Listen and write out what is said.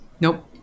Nope